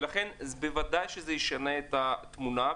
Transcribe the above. ולכן בוודאי שזה ישנה את התמונה,